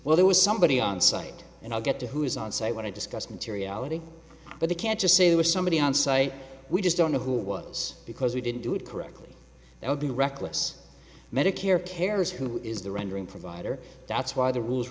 well there was somebody on site and i'll get to who is on site when i discuss materiality but they can't just say it was somebody on site we just don't know who it was because we didn't do it correctly that would be reckless medicare cares who is the rendering provider that's why the rules